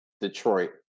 Detroit